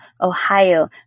Ohio